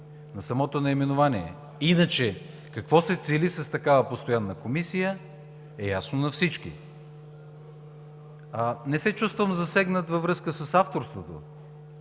на самото наименование. Иначе какво се цели с такава постоянна комисия е ясно на всички! Не се чувствам засегнат във връзка с авторството,